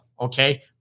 Okay